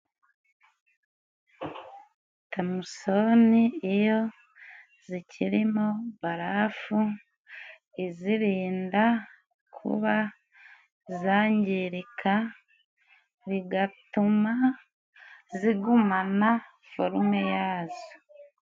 Tamusoni iyo zikirimo barafu izirinda kuba zangirika, bigatuma zigumana forume yazo.